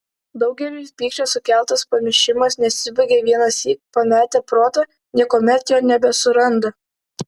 daugeliui pykčio sukeltas pamišimas nesibaigia vienąsyk pametę protą niekuomet jo nebesuranda